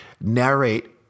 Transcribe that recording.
narrate